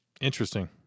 Interesting